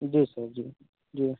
जी sir जी जी